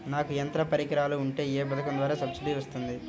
నాకు యంత్ర పరికరాలు ఉంటే ఏ పథకం ద్వారా సబ్సిడీ వస్తుంది?